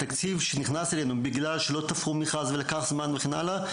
התקציב שנכנס אלינו בגלל שלא תפרו מכרז ולקח זמן וכן הלאה,